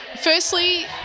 firstly